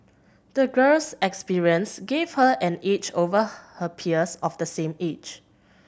the girl's experience gave her an edge over her peers of the same age